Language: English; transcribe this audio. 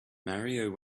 mario